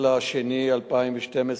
אולי בבתי-החולים,